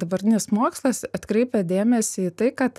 dabartinis mokslas atkreipia dėmesį į tai kad